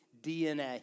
DNA